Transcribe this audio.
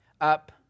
up